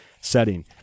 setting